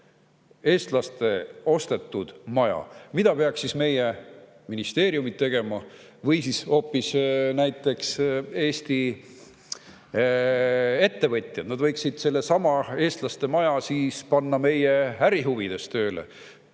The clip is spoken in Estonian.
eestlaste ostetud maja. Mida peaks siis meie ministeeriumid või hoopis näiteks Eesti ettevõtjad tegema? Nad võiksid sellesama eestlaste maja panna meie ärihuvides tööle.